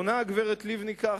עונה הגברת לבני כך: